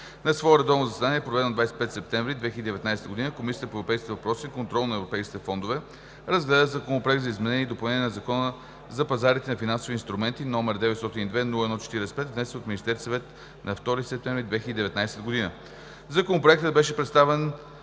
На свое редовно заседание, проведено на 25 септември 2019 г., Комисията по европейските въпроси и контрол на европейските фондове разгледа Законопроект за изменение и допълнение на Закона за пазарите на финансови инструменти, № 902-01-45, внесен от Министерския съвет на 2 септември 2019 г. Законопроектът беше представен